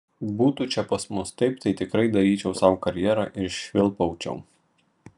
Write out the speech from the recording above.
būtų čia pas mus taip tai tikrai daryčiau sau karjerą ir švilpaučiau